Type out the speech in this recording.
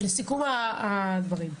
לסיכום הדברים,